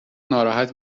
ناراحت